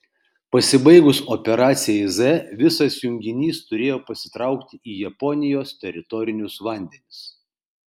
pasibaigus operacijai z visas junginys turėjo pasitraukti į japonijos teritorinius vandenis